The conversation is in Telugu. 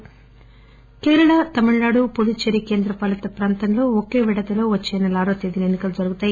కేరళ తమిళనాడు కేరళ తమిళనాడు పుదుచ్చేరి కేంద్రపాలిత ప్రాంతంలో ఒకే విడతలో వచ్చే నెల ఆరో తేదీన ఎన్నికలు జరుగుతాయి